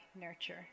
nurture